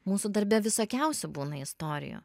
mūsų darbe visokiausių būna istorijų